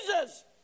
Jesus